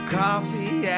coffee